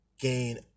gain